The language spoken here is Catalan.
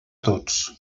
tots